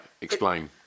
explain